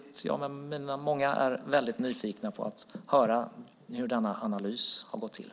Många är nyfikna på att höra hur denna analys har gått till.